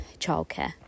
childcare